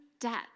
debt